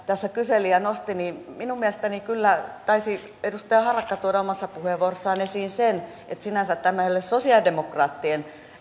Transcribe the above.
tässä kyseli ja tätä nosti niin minun mielestäni kyllä taisi edustaja harakka tuoda omassa puheenvuorossaan esiin sen että sinänsä tämä ei ole sosialidemokraattien